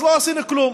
אז לא עשינו כלום.